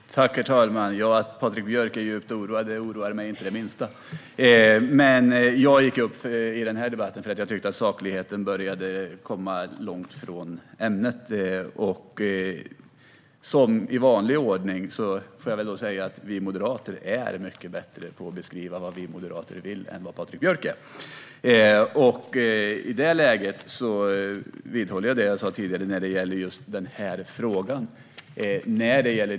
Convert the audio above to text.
Herr talman! Det oroar mig inte det minsta att Patrik Björck är djupt oroad. Jag gav mig in i denna debatt för att jag tyckte att vi började komma långt från ämnet. Jag får väl lov att säga att vi moderater, i vanlig ordning, är mycket bättre på att beskriva vad vi moderater vill än vad Patrik Björck är. Jag vidhåller det som jag sa tidigare när det gäller just den här frågan.